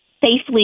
safely